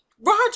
roger